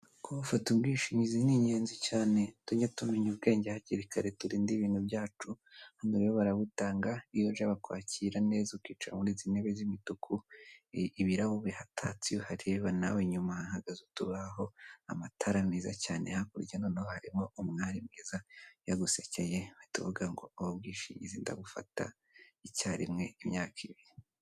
Kubafata ubwishingizi ni ingenzi cyane tujye tumenya ubwenge hakiri kare turinde ibintu byacu , hano rero barabutanga iyo uje bakwakira neza ukicara muri izi ntebe z'imituku , ibirahuri hatatse iyo uhareba nawe nyuma hahagaze utubaho ,amatara meza cyane hakurya noneho harimo umwari mwiza iyo agusekeye uhitu uvuga ngo ubwishingizi ndabufata icyarimwe imyaka ibiri.